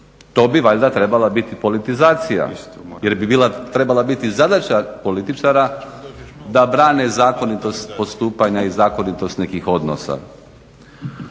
to bi valjda trebala biti politizacija jer bi trebala biti zadaća političara da brane zakonitost postupanja i zakonitost nekih odnosa.